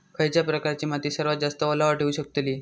खयच्या प्रकारची माती सर्वात जास्त ओलावा ठेवू शकतली?